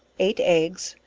eight eggs,